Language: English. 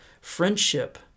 Friendship